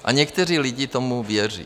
A někteří lidé tomu věří.